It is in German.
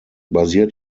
basiert